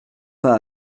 pas